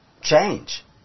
change